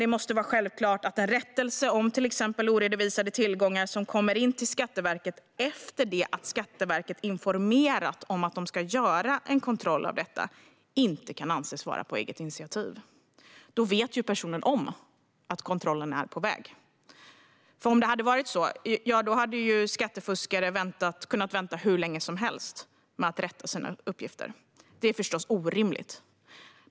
Det måste vara självklart att en rättelse om till exempel oredovisade tillgångar, som kommer in till Skatteverket efter att Skatteverket har informerat om att de ska göra en kontroll av detta, inte kan anses ha skett på eget initiativ. Då vet ju personen om att en kontroll kommer att göras. Om det hade varit så, hade skattefuskare kunnat vänta hur länge som helst med att rätta sina uppgifter. Det är förstås orimligt.